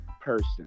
person